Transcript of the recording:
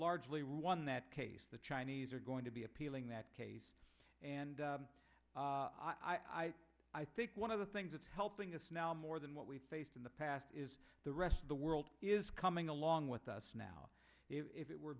largely won that case the chinese are going to be appealing that case and i i think one of the things that's helping us now more than what we faced in the past is the rest of the world is coming along with us now if it were